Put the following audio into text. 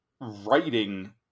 writing